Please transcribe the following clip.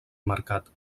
mercat